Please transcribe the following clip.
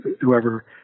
whoever